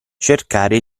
cercare